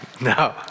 No